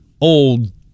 old